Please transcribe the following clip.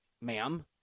Ma'am